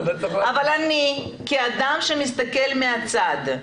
אבל אני כאדם שמסתכל מהצד,